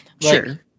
Sure